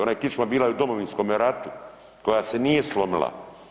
Ona je kičma bila i u Domovinskom ratu koja se nije slomila.